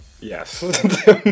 yes